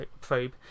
probe